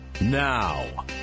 Now